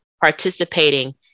participating